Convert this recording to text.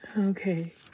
Okay